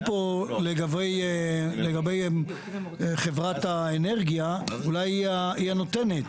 פה לגבי חברת האנרגיה אולי היא הנותנת.